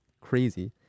Crazy